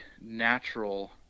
natural